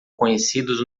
conhecidos